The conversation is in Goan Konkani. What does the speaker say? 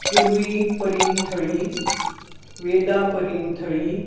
पुर्वी परींद थळ वेदा परींद थळी